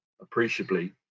appreciably